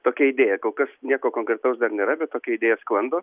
tokia idėja kol kas nieko konkretaus dar nėra bet tokia idėja sklando